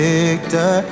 Victor